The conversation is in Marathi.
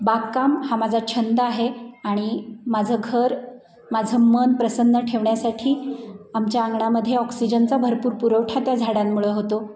बागकाम हा माझा छंद आहे आणि माझं घर माझं मन प्रसन्न ठेवण्यासाठी आमच्या अंगणामध्ये ऑक्सिजनचा भरपूर पुरवठा त्या झाडांमुळं होतो